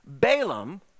Balaam